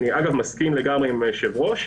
אני מסכים לגמרי עם היושב-ראש,